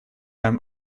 hem